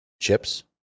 chips